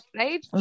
right